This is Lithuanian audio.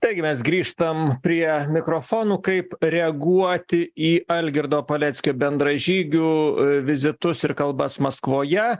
taigi mes grįžtam prie mikrofonų kaip reaguoti į algirdo paleckio bendražygių vizitus ir kalbas maskvoje